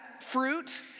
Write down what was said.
fruit